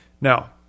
Now